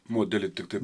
modelį tiktai